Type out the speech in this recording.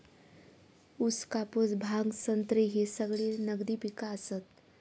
ऊस, कापूस, भांग, संत्री ही सगळी नगदी पिका आसत